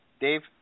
Dave